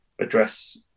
address